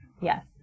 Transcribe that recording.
yes